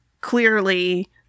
clearly